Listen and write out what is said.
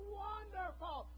wonderful